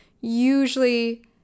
usually